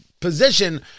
position